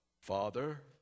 father